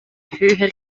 höher